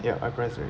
ya I pressed already